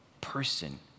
person